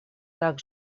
так